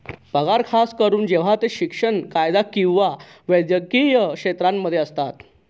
पगार खास करून जेव्हा ते शिक्षण, कायदा किंवा वैद्यकीय क्षेत्रांमध्ये असतात